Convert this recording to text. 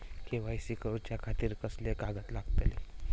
KYC करूच्या खातिर कसले कागद लागतले?